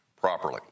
properly